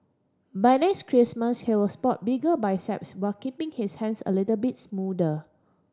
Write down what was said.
by next Christmas he will spot bigger biceps while keeping his hands a little bit smoother